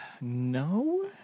No